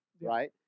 right